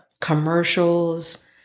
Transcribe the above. commercials